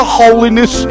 holiness